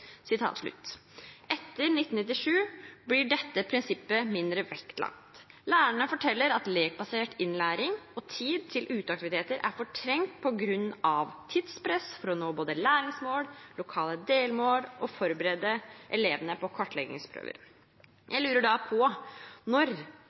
Etter 1997 blir dette prinsippet mindre vektlagt. Lærerne forteller at lekbasert innlæring og tid til uteaktiviteter er fortrengt på grunn av tidspress for å nå både læringsmål og lokale delmål og å forberede elevene på kartleggingsprøver.